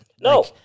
No